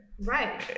Right